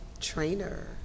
trainer